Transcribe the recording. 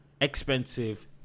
expensive